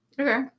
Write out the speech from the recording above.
Okay